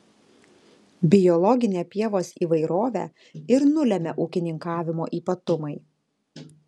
biologinę pievos įvairovę ir nulemia ūkininkavimo ypatumai